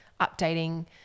updating